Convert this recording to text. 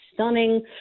stunning